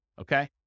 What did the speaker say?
okay